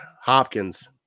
Hopkins